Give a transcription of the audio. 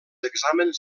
exàmens